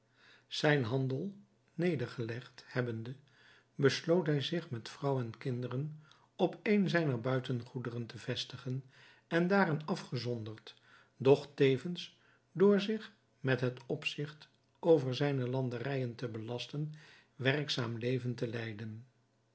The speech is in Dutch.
zijn handel nedergelegd hebbende besloot hij zich met vrouw en kinderen op een zijner buitengoederen te vestigen en daar een afgezonderd doch tevens door zich met het opzigt over zijne landerijen te belasten werkzaam leven te leiden